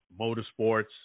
Motorsports